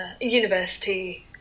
university-